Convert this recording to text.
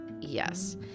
Yes